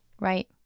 right